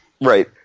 Right